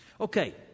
Okay